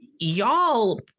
Y'all